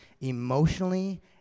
emotionally